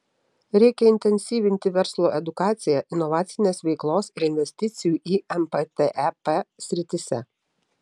reikia intensyvinti verslo edukaciją inovacinės veiklos ir investicijų į mtep srityse